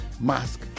mask